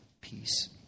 peace